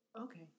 okay